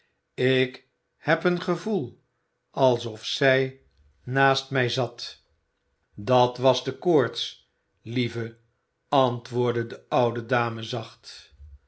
ik heb een gevoel alsof zij naast mij zat dat was de koorts lieve antwoordde de oude dame zacht